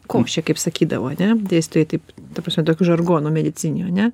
košė kaip sakydavo ane dėstytojai taip ta prasme tokiu žargonu mediciniu ane